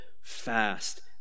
fast